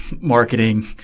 marketing